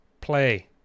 play